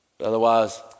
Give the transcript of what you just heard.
Otherwise